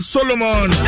Solomon